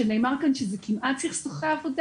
שנאמר כאן שזה כמעט סכסוכי עבודה.